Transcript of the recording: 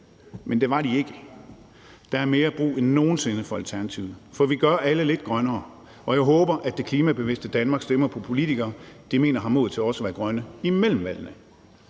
Men det var de ikke. Der er mere end nogen sinde brug for Alternativet, for vi gør alle lidt grønnere. Og jeg håber, at det klimabevidste Danmark stemmer på politikere, de mener har mod til også at være grønne imellem valgene.